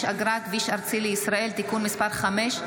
אגרה (כביש ארצי לישראל) (תיקון מס' 5),